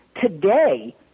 today